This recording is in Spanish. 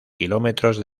kilómetros